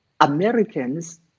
Americans